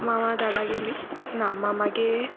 मामा डाडागेली ना मामागे